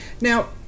now